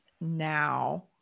now